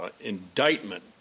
indictment